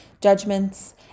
judgments